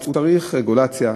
צריך רגולציה,